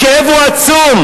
הכאב הוא עצום.